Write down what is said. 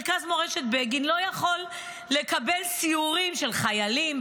מרכז מורשת בגין לא יכול לקבל סיורים של חיילים,